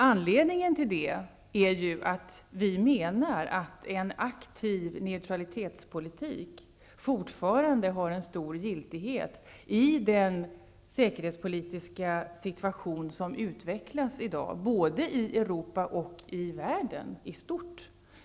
Anledningen är ju att vi menar att en aktiv neutralitetspolitik fortfarande har stor giltighet i den säkerhetspolitiska situation som utvecklas i dag, både i Europa och i världen i stort.